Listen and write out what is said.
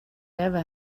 never